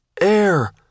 air